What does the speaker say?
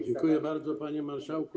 Dziękuję bardzo, panie marszałku.